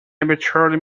arbitrary